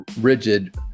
rigid